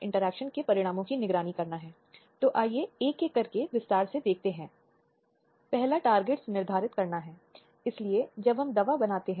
विशेष रूप से घरेलू हिंसा का मुद्दा और फिर विभिन्न अपराध जो भारतीय दंड संहिता में हैं